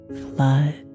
flood